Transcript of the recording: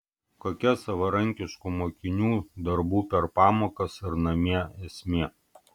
kokia savarankiškų mokinių darbų per pamokas ir namie esmė